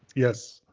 yes.